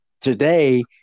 today